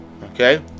Okay